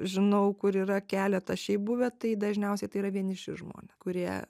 žinau kur yra keletas šiaip buvę tai dažniausiai tai yra vieniši žmonė kurie